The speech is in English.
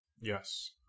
Yes